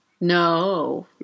No